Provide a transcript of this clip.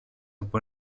από